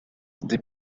des